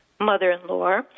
mother-in-law